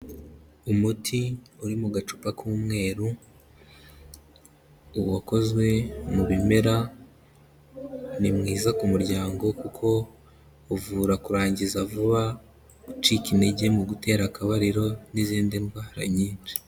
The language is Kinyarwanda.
Umuti uri mu gacupa k'umweru, wakozwe mu bimera, ni mwiza ku muryango kuko uvura kurangiza vuba, gucika intege mu gutera akabariro n'izindi ndwara nyinshi.